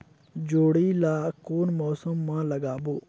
जोणी ला कोन मौसम मा लगाबो?